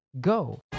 Go